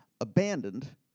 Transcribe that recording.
abandoned